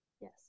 Yes